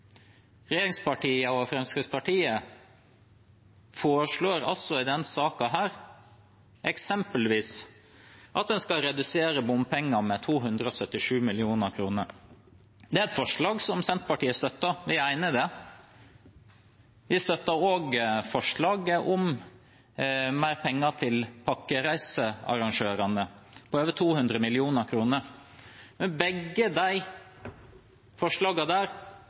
i denne saken eksempelvis at en skal redusere bompengene med 277 mill. kr. Det er et forslag som Senterpartiet støtter. Vi er enig i det. Vi støtter også forslaget om mer penger til pakkereisearrangørene, over 200 mill. kr. Men på begge de